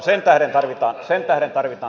sen tähden tarvitaan kärkihankkeita